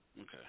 Okay